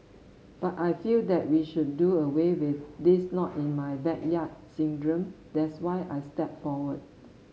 but I feel that we should do away with this not in my backyard syndrome that's why I stepped forward